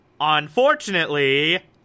Unfortunately